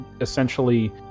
essentially